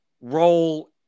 role